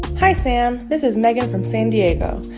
hi, sam. this is megan from san diego.